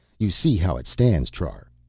you see how it stands, trar.